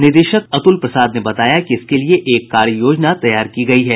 निदेशक अतुल प्रसाद ने बताया कि इसके लिए एक कार्य योजना तैयार की गयी है